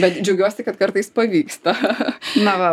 bet džiaugiuosi kad kartais pavyksta na va